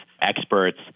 experts